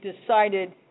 decided